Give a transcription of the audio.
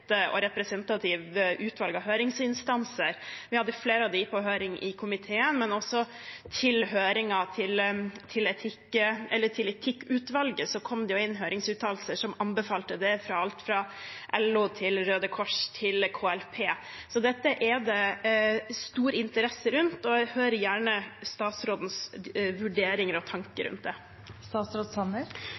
og representativt utvalg av høringsinstanser. Vi hadde flere av dem på høring i komiteen, men også til høringen til etikkutvalget kom det inn høringsuttalelser som anbefalte det, fra alt fra LO og Røde Kors til KLP. Dette er det stor interesse rundt, og jeg hører gjerne statsrådens vurderinger og tanker rundt det.